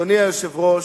אדוני היושב-ראש,